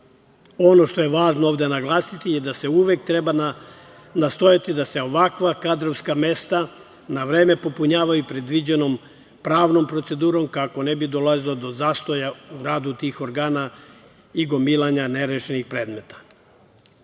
Ono što je važno ovde naglasiti je da uvek treba nastojati da se ovakva kadrovska mesta na vreme popunjavaju predviđenom pravnom procedurom, kako ne bi dolazilo do zastoja u radu tih organa i gomilanja nerešenih predmeta. Slično